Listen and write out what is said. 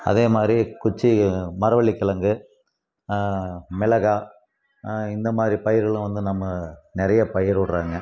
அதேமாதிரி குச்சி மரவள்ளிக்கிழங்கு மிளகாய் இந்தமாதிரி பயிர்களும் வந்து நம்ம நிறைய பயிரிடுறோங்க